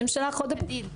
היא אמרה,